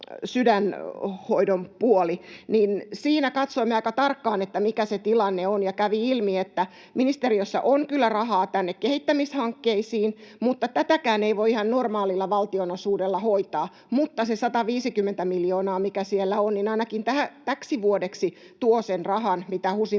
sydänhoidon puoli: Siinä katsoimme aika tarkkaan, että mikä se tilanne on, ja kävi ilmi, että ministeriössä on kyllä rahaa tänne kehittämishankkeisiin, mutta tätäkään ei voi ihan normaalilla valtionosuudella hoitaa. Kuitenkin se 150 miljoonaa, mikä siellä on, ainakin täksi vuodeksi tuo sen rahan, mitä HUSin